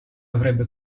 avrebbe